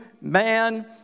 man